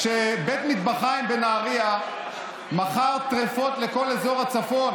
כשבית מטבחיים בנהרייה מכר טרפות לכל אזור הצפון,